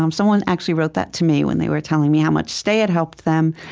um someone actually wrote that to me when they were telling me how much stay had helped them.